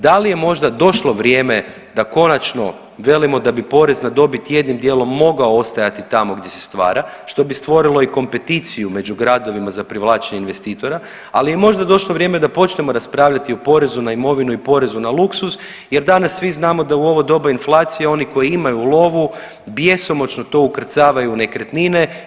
Da li je možda došlo vrijeme da konačno velimo da bi porez na dobit jednim dijelom mogao ostajati tamo gdje se stvara što bi stvorilo i kompeticiju među gradovima za privlačenje investitora, ali je možda došlo vrijeme da počnemo raspravljati o porezu na imovinu i porezu na luksuz, jer danas svi znamo da u ovo doba inflacije oni koji imaju lovu bjesomučno to ukrcavaju u nekretnine.